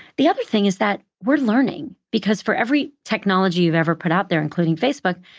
the other thing is that we're learning. because for every technology we've ever put out there, including facebook,